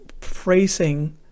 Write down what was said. phrasing